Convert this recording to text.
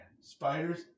Spiders